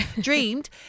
Dreamed